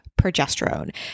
progesterone